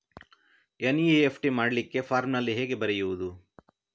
NEFT ಮಾಡ್ಲಿಕ್ಕೆ ಫಾರ್ಮಿನಲ್ಲಿ ಹೇಗೆ ಬರೆಯುವುದು?